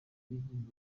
inkunga